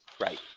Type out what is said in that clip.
right